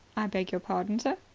i beg your pardon, sir?